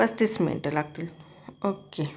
पस्तीस मिनिटं लागतील ओके